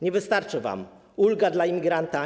Nie wystarczy wam ulga dla imigranta.